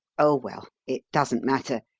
oh, well, it doesn't matter.